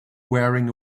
wearing